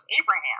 Abraham